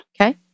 Okay